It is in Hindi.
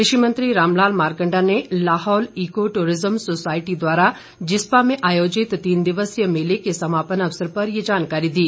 कृषि मंत्री रामलाल मारकंडा ने लाहौल ईको टूरिज्म सोसायटी द्वारा जिस्पा में आयोजित तीन दिवसीय मेले के समापन अवसर पर ये जानकारी दी